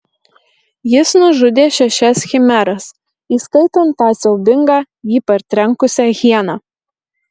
jis nužudė šešias chimeras įskaitant tą siaubingą jį partrenkusią hieną